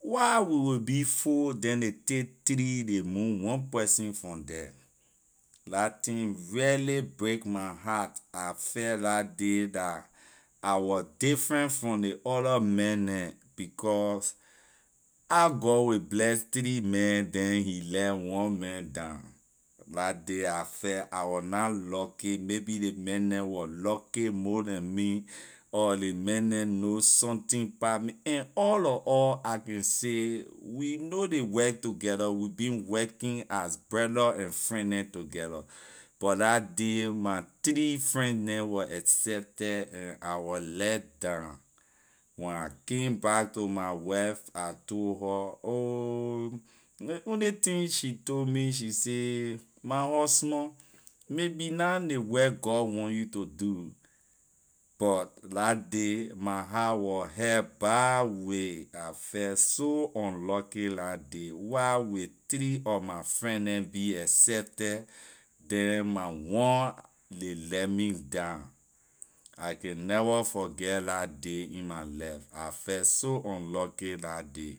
why we will be four then ley take three ley move one person from the la thing really break my heart I fell la day dah I wor different from ley other man neh because how god will bless three men then he leh one man down la day I fell I wor na lucky maybe ley man neh wor lucky more than me or ley man neh know something pah me and all lor all I can say we know ley work together we been working as brother and friend neh together but la day my three friend neh wor accepted and I wor ley down when I came back to my wife I told her ohh ley only thing she told she say my husband maybe na ley work god wan you to do but la day my heart was hurt bad way and I fell so unlucky la day why wey three of or my friend neh be accepted then my one ley leh me down I can never forget la day in my life I fell so unlucky la day